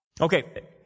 Okay